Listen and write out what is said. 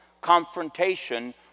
confrontation